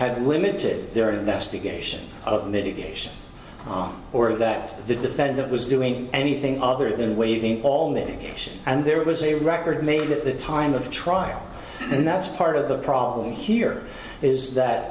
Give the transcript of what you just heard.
had limited their investigation of mitigation or that the defendant was doing anything other than waiting all nations and there was a record made at the time of trial and that's part of the problem here is that